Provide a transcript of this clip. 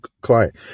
client